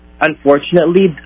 unfortunately